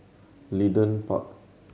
Leedon Park